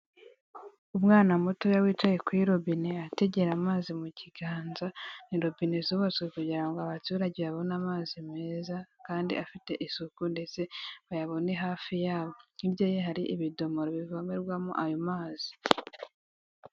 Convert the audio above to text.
Umwana mutoya wicaye kuri robine ategera amazi mu kiganza, ni robine zubatswe kugira ngo abaturage babone amazi meza kandi afite isuku ndetse bayabone hafi yabo, hirya ye hari ibidomoro bivomerwamo ayo mazi.